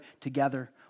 together